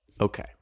Okay